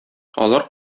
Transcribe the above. алар